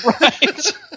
right